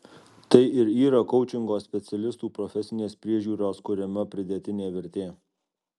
tai ir yra koučingo specialistų profesinės priežiūros kuriama pridėtinė vertė